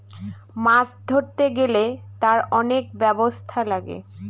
মাছ ধরতে গেলে তার অনেক ব্যবস্থা লাগে